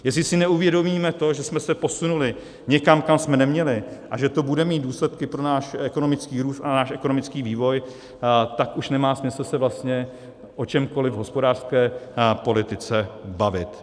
Jestli si neuvědomíme to, že jsme se posunuli někam, kam jsme neměli, a že to bude mít důsledky pro náš ekonomický růst a náš ekonomický vývoj, tak už nemá smysl se vlastně o čemkoliv v hospodářské politice bavit.